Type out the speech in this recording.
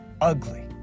ugly